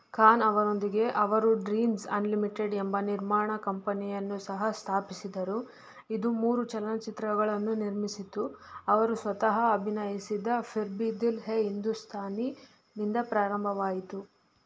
ಖಾನ್ ಅವರೊಂದಿಗೆ ಅವರು Dreams Unlimited ಎಂಬ ನಿರ್ಮಾಣ ಕಂಪನಿಯನ್ನು ಸಹ ಸ್ಥಾಪಿಸಿದರು ಇದು ಮೂರು ಚಲನಚಿತ್ರಗಳನ್ನು ನಿರ್ಮಿಸಿತು ಅವರು ಸ್ವತಃ ಅಭಿನಯಿಸಿದ ಫಿರ್ ಭಿ ದಿಲ್ ಹೈ ಹಿಂದೂಸ್ತಾನಿಯಿಂದ ಪ್ರಾರಂಭವಾಯಿತು